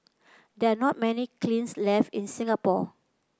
there are not many kilns left in Singapore